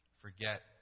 forget